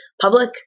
public